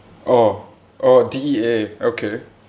oh oh D_E_A okay